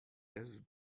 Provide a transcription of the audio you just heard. desert